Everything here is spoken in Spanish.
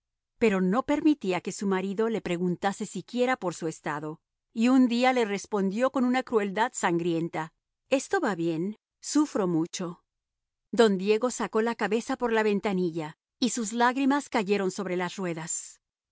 pero no permitía que su marido le preguntase siquiera por su estado y un día le respondió con una crueldad sangrienta esto va bien sufro mucho don diego sacó la cabeza por la ventanilla y sus lágrimas cayeron sobre las ruedas